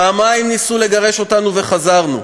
פעמיים ניסו לגרש אותנו וחזרנו.